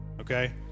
Okay